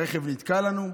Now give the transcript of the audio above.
הרכב נתקע לנו,